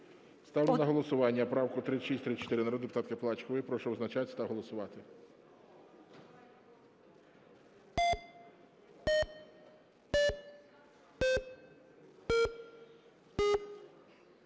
Ставлю на голосування правку 3634 народної депутатки Плачкової. Прошу визначатися та голосувати.